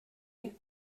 est